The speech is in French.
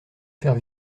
faire